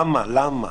למה, למה?